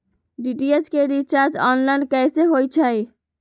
DTH के recharge online कैसे होईछई?